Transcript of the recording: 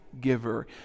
giver